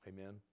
Amen